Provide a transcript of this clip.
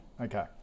Okay